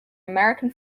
american